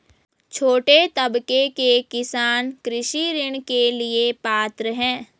छोटे तबके के किसान कृषि ऋण के लिए पात्र हैं?